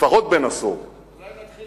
שהוא לפחות בן עשור, ומטרתו,